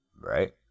Right